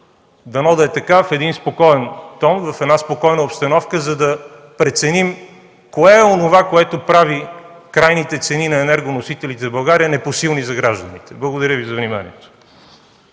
дано да е така, в един спокоен тон, в една спокойна обстановка, за да преценим кое е онова, което прави крайните цени на енергоносителите в България непосилни за гражданите. Благодаря Ви за вниманието.